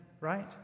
Right